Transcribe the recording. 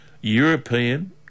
European